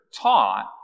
taught